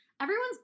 everyone's